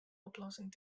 oplossing